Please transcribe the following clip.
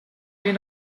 den